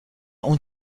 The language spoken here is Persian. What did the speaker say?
اون